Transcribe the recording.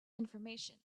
information